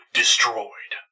destroyed